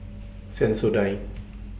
Sensodyne